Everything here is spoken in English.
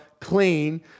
clean